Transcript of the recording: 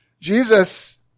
Jesus